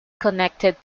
connected